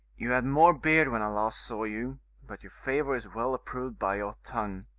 you had more beard when i last saw you but your favour is well approved by your tongue.